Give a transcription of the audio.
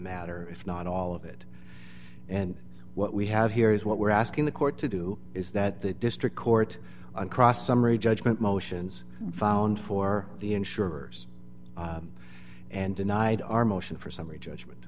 matter if not all of it and what we have here is what we're asking the court to do is that the district court across summary judgment motions found for the insurers and denied our motion for summary judgment